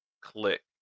click